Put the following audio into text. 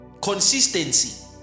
Consistency